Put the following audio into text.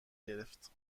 گرفت